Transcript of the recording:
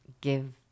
give